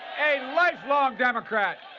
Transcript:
a lifelong democrat,